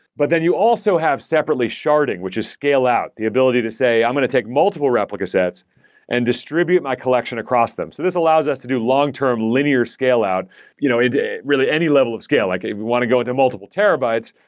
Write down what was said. but then you also have separately sharding, which is scale out. the ability to say, i'm going to take multiple replica sets and distribute my collection across them. so this allows us to do long-term linear scale out you know ah into, really, any level of scale. like if you want to go into multiple terabytes,